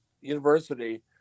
university